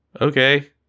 Okay